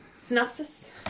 Synopsis